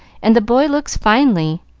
and the boy looks finely.